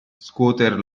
scuoter